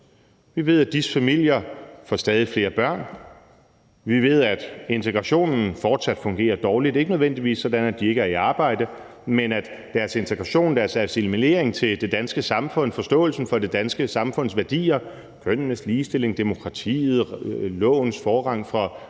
Vi ved, at disse familier får stadig flere børn, og vi ved, at integrationen fortsat fungerer dårligt. Det er ikke nødvendigvis sådan, at de ikke er i arbejde, men deres integration og deres assimilering i det danske samfund og deres forståelse for det danske samfunds værdier, altså kønnenes ligestilling, demokratiet og lovens forrang for